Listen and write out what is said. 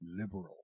liberal